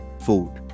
food